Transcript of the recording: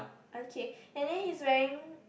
okay and then he's wearing